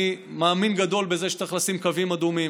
אני מאמין גדול בזה שצריך לשים קווים אדומים,